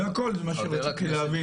זה הכל, זה מה שרציתי להבין.